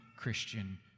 Christian